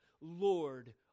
Lord